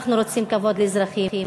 אנחנו רוצים כבוד לאזרחים,